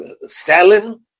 Stalin